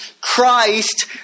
Christ